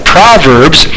Proverbs